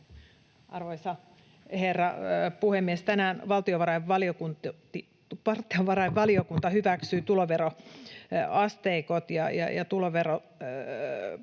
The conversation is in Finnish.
Arvoisa herra puhemies! Tänään valtiovarainvaliokunta hyväksyi tuloveroasteikot ja tuloveroprosentit